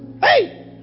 Hey